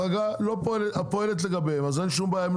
החרגה פועלת לגביהם, אז אין שום בעיה.